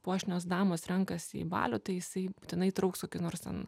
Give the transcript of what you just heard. puošnios damos renkasi į balių tai jisai būtinai įtrauks kokį nors ten